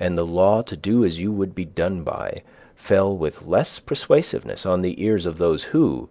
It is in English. and the law to do as you would be done by fell with less persuasiveness on the ears of those who,